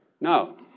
No